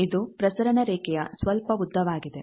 ಇದು ಪ್ರಸರಣ ರೇಖೆಯ ಸ್ವಲ್ಪ ಉದ್ದವಾಗಿದೆ